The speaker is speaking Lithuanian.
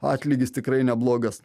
atlygis tikrai neblogas